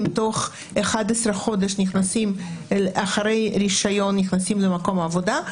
תוך 11 חודש אחרי הרישיון נכנסים למקום עבודה.